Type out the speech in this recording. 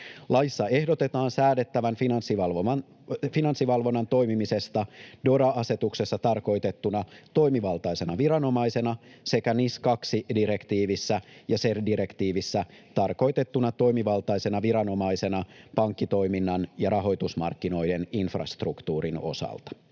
Laissa ehdotetaan säädettävän Finanssivalvonnan toimimisesta DORA-asetuksessa tarkoitettuna toimivaltaisena viranomaisena sekä NIS 2 ‑direktiivissä ja CER-direktiivissä tarkoitettuna toimivaltaisena viranomaisena pankkitoiminnan ja rahoitusmarkkinoiden infrastruktuurin osalta.